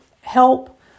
help